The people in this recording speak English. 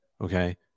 Okay